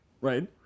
Right